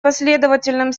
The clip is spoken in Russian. последовательным